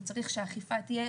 הוא צריך שהאכיפה תהיה